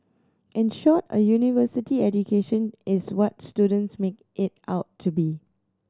in short a university education is what students make it out to be